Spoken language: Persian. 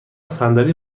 صندلی